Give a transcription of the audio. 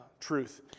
truth